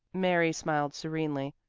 mary smiled serenely.